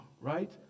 right